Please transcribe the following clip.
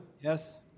Yes